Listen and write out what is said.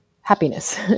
happiness